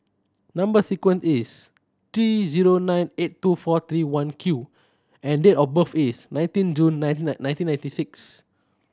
number sequence is T zero nine eight two four three one Q and date of birth is nineteen June nineteen ninety six